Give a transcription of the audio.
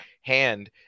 hand